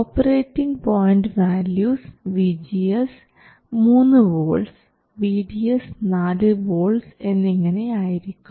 operating point values VGS 3 volts VDS 4 volts എന്നിങ്ങനെ ആയിരിക്കും